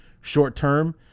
short-term